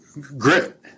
grit